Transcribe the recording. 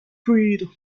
freed